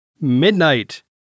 midnight